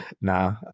Nah